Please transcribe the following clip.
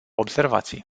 observații